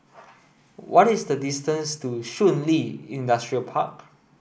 what is the distance to Shun Li Industrial Park